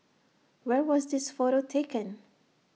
where was this photo taken